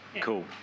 Cool